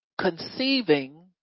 conceiving